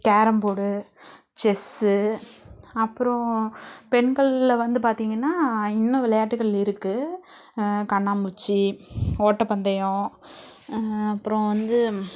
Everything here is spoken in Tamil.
கேரம் போடு செஸ்ஸு அப்பறம் பெண்களில் வந்து பார்த்திங்கன்னா இன்னும் விளையாட்டுகள் இருக்கு கண்ணாம்பூச்சி ஒட்டப்பந்தயம் அப்பறம் வந்து